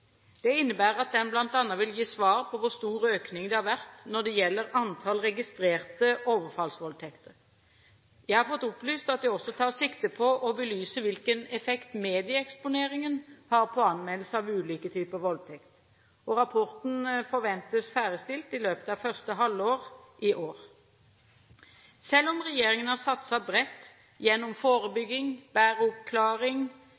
Det innebærer at den bl.a. vil gi svar på hvor stor økning det har vært når det gjelder antall registrerte overfallsvoldtekter. Jeg har fått opplyst at det også tas sikte på å belyse hvilken effekt medieeksponering har på anmeldelse av ulike typer voldtekt. Rapporten forventes ferdigstilt i løpet av første halvår i år. Selv om regjeringen har satset bredt gjennom